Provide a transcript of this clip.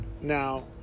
Now